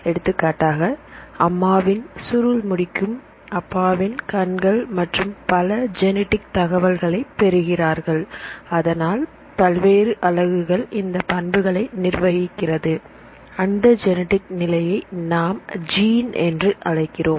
எடுத்துக்காட்டாக அம்மாவின் சுருள் முடிக்கும் அப்பாவின் கண்கள் மற்றும் பல ஜெனிடிக் தகவல்களை பெறுகிறார்கள் அதனால் பல்வேறு அலகுகள் இந்தப் பண்புகளை நிர்வகிக்கிறது அந்த ஜெனிடிக் நிலையை நாம் ஜீன் என்று அழைக்கிறோம்